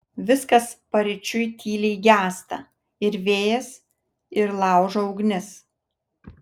viskas paryčiui tyliai gęsta ir vėjas ir laužo ugnis